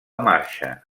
marxa